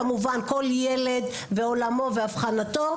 כמובן כל ילד ועולמו ואבחנתו,